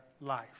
life